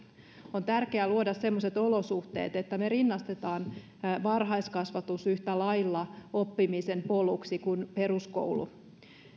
on tärkeää luoda semmoiset olosuhteet että me rinnastamme varhaiskasvatuksen yhtä lailla oppimisen poluksi kuin peruskoulun